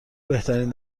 بهترین